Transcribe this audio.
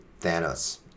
Thanos